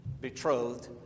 betrothed